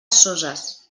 soses